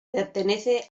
pertenece